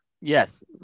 Yes